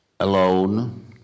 alone